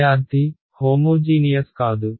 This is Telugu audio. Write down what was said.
విద్యార్థి హోమోజీనియస్ కాదు